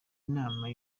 inama